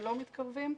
ולא מתקרבים.